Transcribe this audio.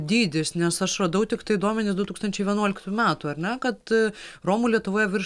dydis nes aš radau tiktai duomenis du tūkstančiai vienuoliktų metų ar ne kad romų lietuvoje virš